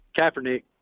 Kaepernick